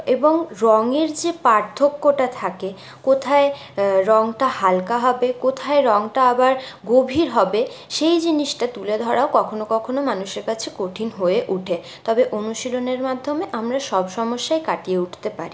এবং রঙের যে পার্থক্যটা থাকে কোথায় রংটা হালকা হবে কোথায় রংটা আবার গভীর হবে সেই জিনিসটা তুলে ধরাও কখনো কখনো মানুষের কাছে কঠিন হয়ে ওঠে তবে অনুশীলনের মাধ্যমে আমরা সব সমস্যাই কাটিয়ে উঠতে পারি